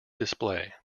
display